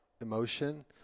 emotion